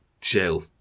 chill